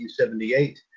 1978